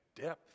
depth